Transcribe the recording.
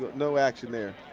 no action there.